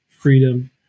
freedom